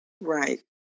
Right